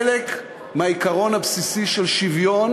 חלק מהעיקרון הבסיסי של שוויון